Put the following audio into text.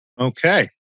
Okay